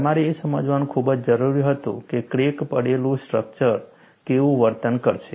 તમારે એ સમજવાનું ખુબજ જરૂર હતું કે ક્રેક પડેલું સ્ટ્રક્ચર કેવું વર્તન કરશે